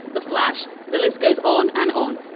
the flash. the list goes on and on.